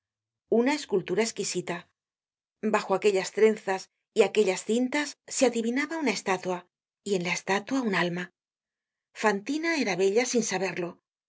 una escultura esquisita bajo aquellas trenzas y aquellas cintas se adivinaba una estatua y en la estátua un alma fantina era bella sin saberlo